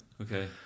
Okay